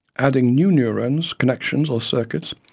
adding new neurons, connections or circuits,